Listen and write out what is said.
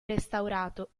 restaurato